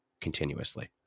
continuously